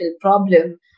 problem